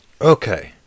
Okay